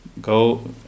go